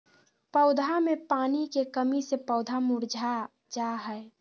पौधा मे पानी के कमी से पौधा मुरझा जा हय